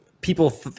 people